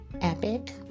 Epic